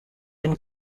and